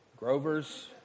Grovers